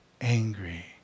angry